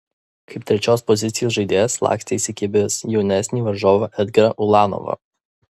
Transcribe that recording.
kaip trečios pozicijos žaidėjas lakstė įsikibęs jaunesnį varžovą edgarą ulanovą